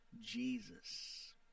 Jesus